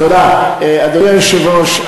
אדוני היושב-ראש,